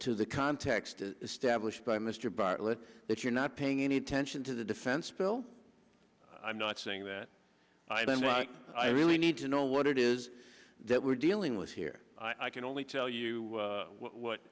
to the context to establish by mr bartlett that you're not paying any attention to the defense bill i'm not saying that i'm right i really need to know what it is that we're dealing with here i can only tell you what